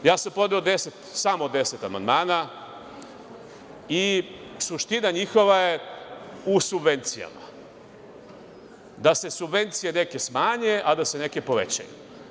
Podneo sam deset, samo deset amandmana, i suština njihova je u subvencijama, da se subvencije neke smanje, a da se neke povećaju.